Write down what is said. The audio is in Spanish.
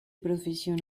profesión